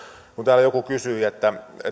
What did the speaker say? kun täällä joku kysyi